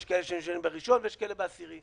יש כאלה שמשלמים בראשון ויש כאלה בעשירי.